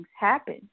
happen